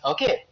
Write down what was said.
Okay